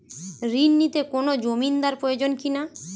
ঋণ নিতে কোনো জমিন্দার প্রয়োজন কি না?